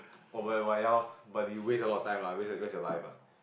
oh but ya ya loh but you waste a lot of time lah waste your waste your life lah